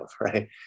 right